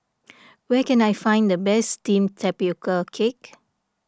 where can I find the best Steamed Tapioca Cake